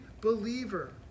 believer